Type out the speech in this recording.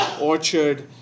orchard